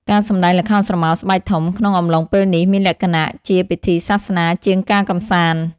ការសម្តែងល្ខោនស្រមោលស្បែកធំ ក្នុងអំឡុងពេលនេះ មានលក្ខណៈជាពិធីសាសនាជាងការកម្សាន្ត។